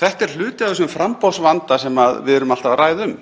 Þetta er hluti af þessum framboðsvanda sem við erum alltaf að ræða um.